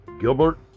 Gilbert